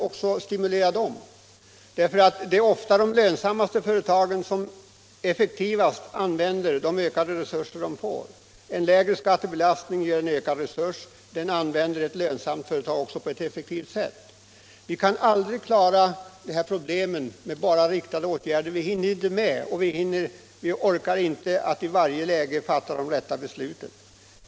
Ofta är det de lönsammaste företagen som effektivast använder en ökad resurs, och en lägre skattebelastning innebär en ökad resurs. Vi kan aldrig lösa detta problem med enbart riktade åtgärder. Vi hinner inte och orkar inte i alla lägen fatta de rätta besluten.